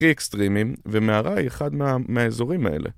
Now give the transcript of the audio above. אקסטרימים, ומערה היא אחד מהאזורים האלה.